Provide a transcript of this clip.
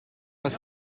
pas